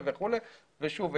ושוב,